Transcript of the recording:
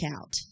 out